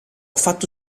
fatto